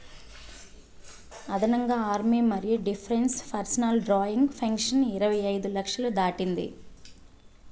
అదనంగా ఆర్మీ మరియు defence personnel drawing pension ఇరవై ఐదు లక్షలు దాటింది